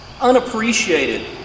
unappreciated